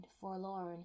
forlorn